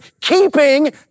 Keeping